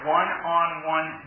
one-on-one